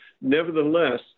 nevertheless